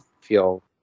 feel